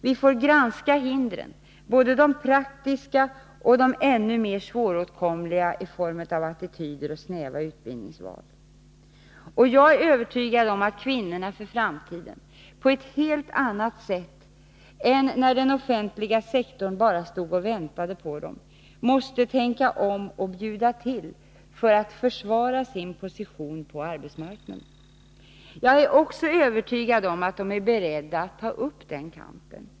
Vi får granska hindren — både de praktiska och de ännu mer svåråtkomliga i form av attityder och snäva utbildningsval. Jag är övertygad om att kvinnorna för framtiden, på ett helt annat sätt än när den offentliga sektorn bara stod och väntade på dem, måste tänka om och bjuda till för att försvara sin position på arbetsmarknaden. Jag är också övertygad om att de är beredda att ta upp den kampen.